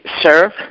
serve